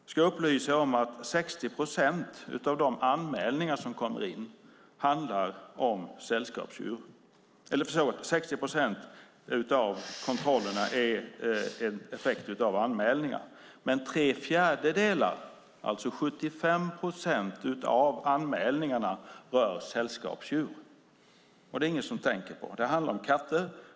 Jag kan upplysa om att 60 procent av kontrollerna är en effekt av anmälningar, men tre fjärdedelar, alltså 75 procent, av anmälningarna rör sällskapsdjur. Det är ingen som tänker på det.